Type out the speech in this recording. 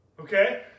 Okay